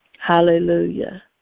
Hallelujah